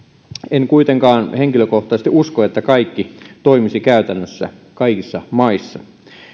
en kuitenkaan henkilökohtaisesti usko että kaikki toimisi käytännössä kaikissa maissa